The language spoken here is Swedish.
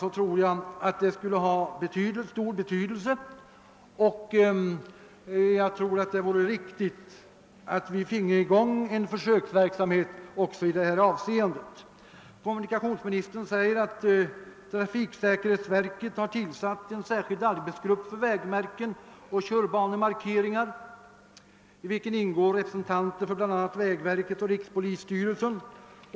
Jag tror att det vore värdefullt, om vi kunde få till stånd en försöksverksamhet av det slag, som det här är fråga om. Kommunikationsministern säger att trafiksäkerhetsverket har tillsatt en särskild arbetsgrupp för vägmärken och körbanemarkeringar, i vilken ingår representanter för bl.a. vägverket och rikspolisstyrelsen.